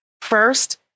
First